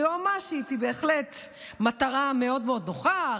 והיועמ"שית היא בהחלט מטרה מאוד מאוד נוחה,